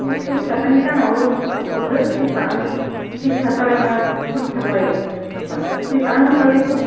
बे थ्रिस थाखानि दामावनो हरदो थ्रिस थाखा थ्रिस थाखा लायो ना सल्लिस लायो बिसिबां थ्रिस थाखानि हरदो बेखौ